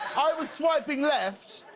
i was swiping left.